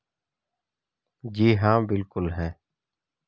क्या छोटे किसान कृषि भूमि खरीदने के लिए ऋण के पात्र हैं?